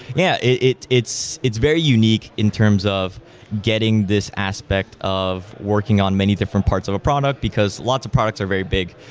yeah, it's it's very unique in terms of getting this aspect of working on many different parts of a product because lots of products are very big.